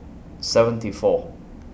seventy four